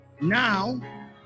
Now